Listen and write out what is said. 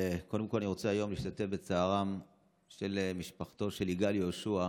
קודם כול אני רוצה היום להשתתף בצערה של משפחתו של יגאל יהושע,